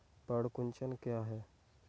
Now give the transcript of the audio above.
पर्ण कुंचन क्या है?